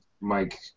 Mike